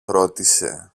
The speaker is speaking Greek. ρώτησε